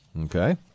Okay